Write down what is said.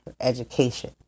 education